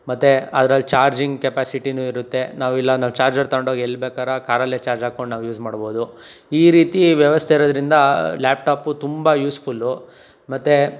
ಮತ್ತೆ ಅದರಲ್ಲಿ ಚಾರ್ಜಿಂಗ್ ಕ್ಯಾಪಾಸಿಟಿನು ಇರುತ್ತೆ ನಾವು ಇಲ್ಲ ಚಾರ್ಜರ್ ತೊಗೊಂಡು ಹೋಗಿ ಎಲ್ಲಿ ಬೇಕಾರ ಕಾರಲ್ಲೇ ಚಾರ್ಜ್ ಹಾಕೊಂಡು ನಾವು ಯೂಸ್ ಮಾಡ್ಬೋದು ಈ ರೀತಿ ವ್ಯವಸ್ಥೆ ಇರೋದ್ರಿಂದ ಲ್ಯಾಪ್ಟಾಪು ತುಂಬ ಯೂಸ್ಫುಲ್ಲು ಮತ್ತು